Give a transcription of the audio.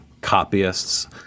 copyists